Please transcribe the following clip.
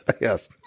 yes